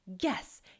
Yes